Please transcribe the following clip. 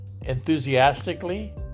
enthusiastically